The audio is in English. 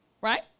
Right